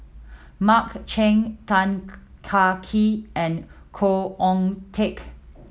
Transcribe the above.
Mark Chan Tan Kah Kee and Khoo Oon Teik